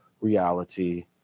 reality